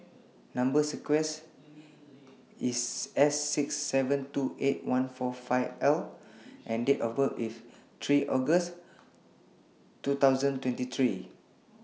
Number sequence IS S six seven two eight one four five L and Date of birth IS three August two thousand twenty three